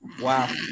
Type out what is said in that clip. wow